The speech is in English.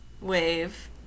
wave